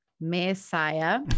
Messiah